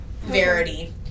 Verity